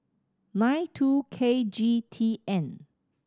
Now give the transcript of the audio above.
nine two K G T N